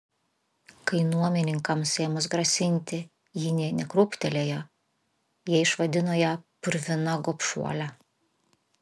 kai nuomininkams ėmus grasinti ji nė nekrūptelėjo jie išvadino ją purvina gobšuole